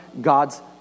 God's